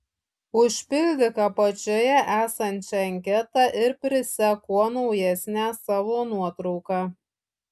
užpildyk apačioje esančią anketą ir prisek kuo naujesnę savo nuotrauką